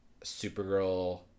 Supergirl